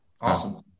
Awesome